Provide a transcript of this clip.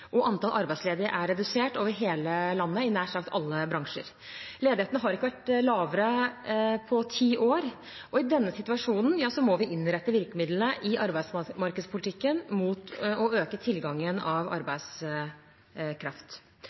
og antall arbeidsledige er redusert over hele landet i nær sagt alle bransjer. Ledigheten har ikke vært lavere på ti år, og i denne situasjonen må vi innrette virkemidlene i arbeidsmarkedspolitikken mot å øke tilgangen av arbeidskraft.